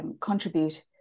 contribute